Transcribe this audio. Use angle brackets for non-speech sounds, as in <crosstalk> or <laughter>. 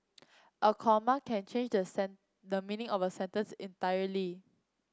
a comma can change the <unintelligible> the meaning of a sentence entirely